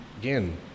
Again